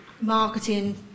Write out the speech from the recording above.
marketing